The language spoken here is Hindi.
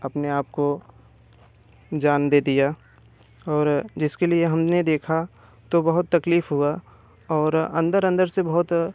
अपने आप को जान दे दिया और जिसके लिए हम ने देखा तो बहुत तकलीफ़ हुई और अंदर अंदर से बहुत